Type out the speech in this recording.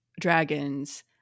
dragons